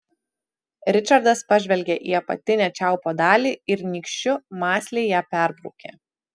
ričardas pažvelgė į apatinę čiaupo dalį ir nykščiu mąsliai ją perbraukė